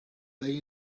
they